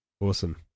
awesome